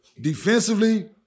Defensively